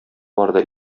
барды